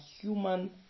human